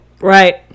right